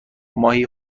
ماهی